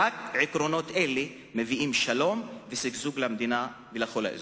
רק עקרונות אלה מביאים שלום ושגשוג למדינה ולכל האזור.